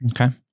Okay